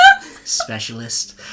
specialist